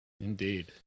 Indeed